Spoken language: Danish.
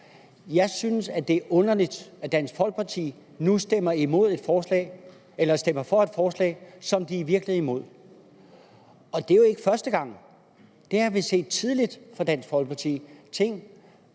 Jeg synes, at det er underligt, at Dansk Folkeparti nu stemmer for et forslag, som de i virkeligheden er imod. Det er jo ikke første gang. Det har vi set tidligere fra Dansk Folkepartis side.